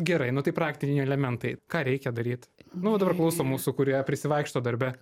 gerai nu tai praktiniai elementai ką reikia daryt nu dabar klausom mūsų kurie prisivaikštom darbe